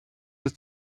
ist